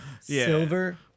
Silver